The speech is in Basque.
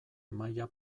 maila